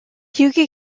hughie